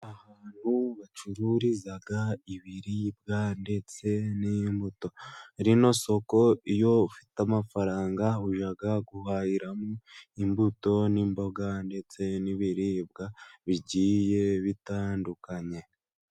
Ahantu bacururiza ibiribwa ndetse n'imbuto. Rino soko iyo ufite amafaranga, ujya guhahiramo imbuto n'imboga ndetse n'ibiribwa bitandukanye.